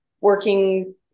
working